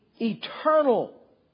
eternal